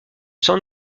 sans